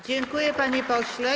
Dziękuję, panie pośle.